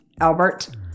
Albert